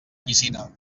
piscina